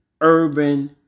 urban